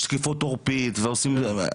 אז כשעושים בדיקה כמו שקיפות עורפית וכל זה,